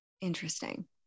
interesting